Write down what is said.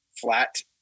flat